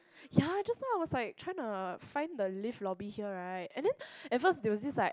ya just now I was like trying to find the lift lobby here right and then at first there was this like